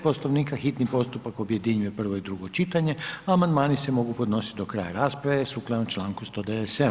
Poslovnika hitni postupak objedinjuje prvo i drugo čitanje a amandmani se mogu podnositi do kraja rasprave sukladno članku 197.